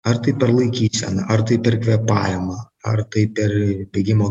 ar tai per laikyseną ar tai per kvėpavimą ar tai per bėgimo